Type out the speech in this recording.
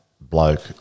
bloke